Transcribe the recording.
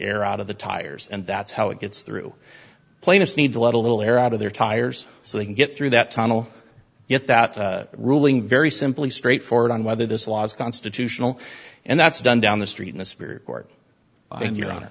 air out of the tires and that's how it gets through plaintiffs need to let a little air out of their tires so they can get through that tunnel yet that ruling very simply straight forward on whether this law is constitutional and that's done down the street in a spirit court and you're on